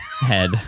head